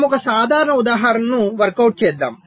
మనము ఒక సాధారణ ఉదాహరణను వర్కౌట్ చేద్దాం